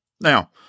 Now